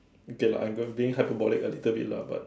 okay lah I'm going being hyperbolic a little bit lah but